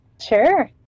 Sure